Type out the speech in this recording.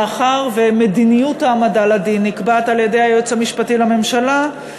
מאחר שמדיניות ההעמדה לדין נקבעת על-ידי היועץ המשפטי לממשלה,